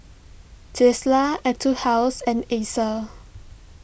Tesla Etude House and Acer